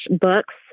books